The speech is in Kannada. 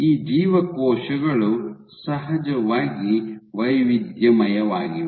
ಈ ಜೀವಕೋಶಗಳು ಸಹಜವಾಗಿ ವೈವಿಧ್ಯಮಯವಾಗಿವೆ